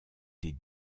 des